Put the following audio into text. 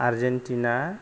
Argentina